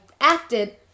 acted